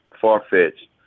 far-fetched